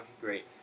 great